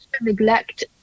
neglect